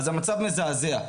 אז המצב מזעזע.